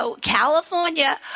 California